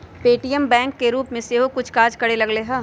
Paytm bank के रूप में सेहो कुछ काज करे लगलै ह